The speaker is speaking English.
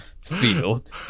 field